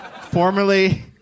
Formerly